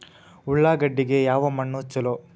ಉಳ್ಳಾಗಡ್ಡಿಗೆ ಯಾವ ಮಣ್ಣು ಛಲೋ?